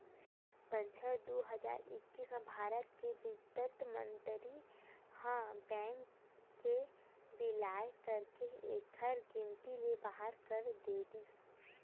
बछर दू हजार एक्कीस म भारत के बित्त मंतरी ह बेंक के बिलय करके एखर गिनती ल बारह कर दे गिस